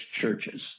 churches